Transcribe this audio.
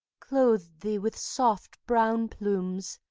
clothed thee with soft brown plumes,